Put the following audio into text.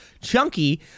chunky